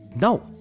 no